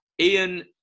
Ian